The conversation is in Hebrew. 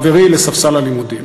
חברי לספסל הלימודים.